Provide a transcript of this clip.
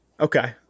Okay